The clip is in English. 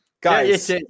guys